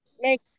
make